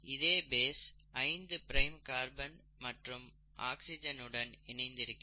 இதே base 5 prime carbon மற்றும் ஆக்சிஜனுடன் இணைந்திருக்கிறது